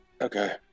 Okay